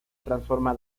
transforma